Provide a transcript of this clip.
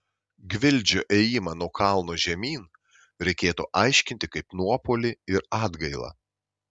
gvildžio ėjimą nuo kalno žemyn reikėtų aiškinti kaip nuopuolį ir atgailą